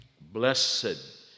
Blessed